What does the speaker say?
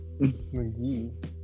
McGee